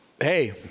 hey